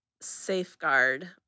safeguard